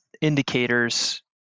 indicators